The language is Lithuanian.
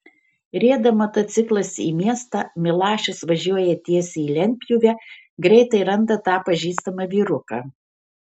rieda motociklas į miestą milašius važiuoja tiesiai į lentpjūvę greitai randa tą pažįstamą vyruką